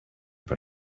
put